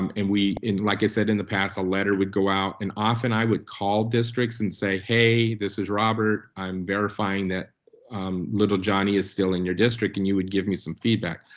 and and we, and like i said, in the past, a letter would go out and often i would call districts and say, hey, this is robert. i'm verifying that little johnny is still in your district, and you would give me some feedback.